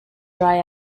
dry